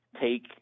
take